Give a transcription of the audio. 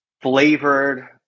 flavored